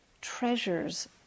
treasures